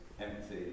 empty